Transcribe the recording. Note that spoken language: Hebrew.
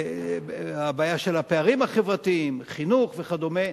הבעיה של הפערים החברתיים, חינוך וכדומה.